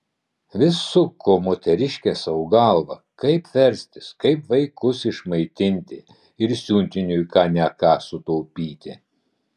vis suko moteriškė sau galvą kaip verstis kaip vaikus išmaitinti ir siuntiniui ką ne ką sutaupyti